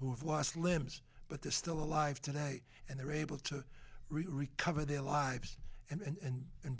who have lost limbs but they're still alive today and they're able to recover their lives and and